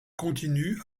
continue